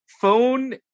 phone